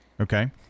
Okay